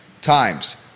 times